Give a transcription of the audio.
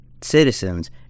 citizens